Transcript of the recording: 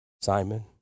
Simon